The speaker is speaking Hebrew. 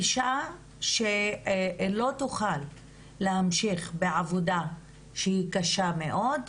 אישה שלא תוכל להמשיך בעבודה שהיא קשה מאוד,